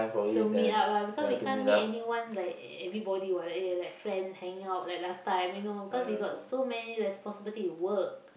to meet up lah because we can't meet anyone like everybody [what] like eh like friend hanging out like last time you know because we got so many responsibility work